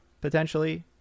potentially